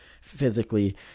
physically